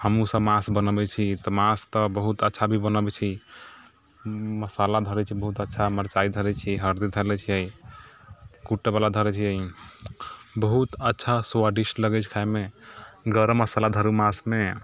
हमहूँसभ माँस बनबैत छी तऽ माँस तऽ बहुत अच्छा भी बनबैत छी मसाला भरैत छी बहुत अच्छा मिरचाइ धरैत छी हरदी धरैत छी कूटयवला धरैत छी बहुत अच्छा स्वादिष्ट लगैत छै खाइमे गरम मसाला धरू माँसमे